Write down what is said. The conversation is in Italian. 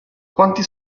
quanti